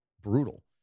brutal